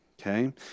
Okay